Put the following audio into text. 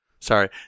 Sorry